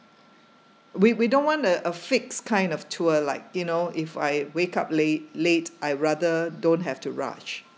we we don't want a a fixed kind of tour like you know if I wake up late late I rather don't have to rush